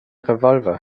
revolver